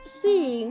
see